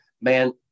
man